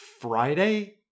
friday